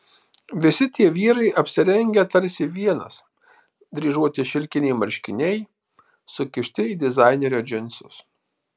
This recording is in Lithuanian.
visi tie vyrai apsirengę tarsi vienas dryžuoti šilkiniai marškiniai sukišti į dizainerio džinsus